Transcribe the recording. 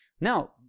now